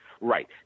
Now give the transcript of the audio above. Right